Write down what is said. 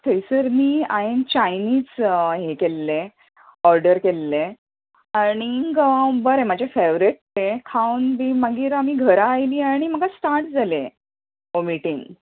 थंसर नी आयेन चायनीज हें केल्ले ऑर्डर केल्लें आनीक बरें म्हजे फॅवरेट तें खावन बी मागीर आमी घरा आयलीं आनी म्हाका स्टार्ट जालें वॉमिटींग